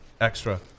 extra